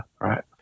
right